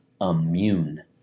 immune